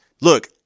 Look